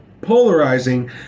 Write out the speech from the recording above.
polarizing